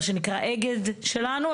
מה שנקרא אגד שלנו,